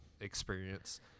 experience